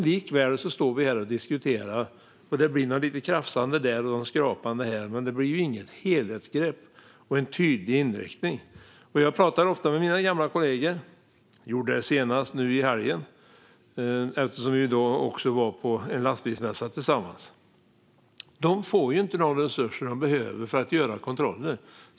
Likväl står vi här och diskuterar. Det blir lite krafsande här och skrapande där, men det blir inte något helhetsgrepp eller någon tydlig inriktning. Jag pratar ofta med mina gamla kollegor. Jag gjorde det senast i helgen eftersom vi var på en lastbilsmässa tillsammans. De får inte de resurser de behöver för att göra kontroller.